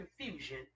confusion